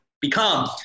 become